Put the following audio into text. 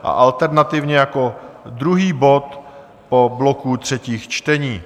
A alternativně jako druhý bod po bloku třetích čtení.